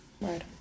Right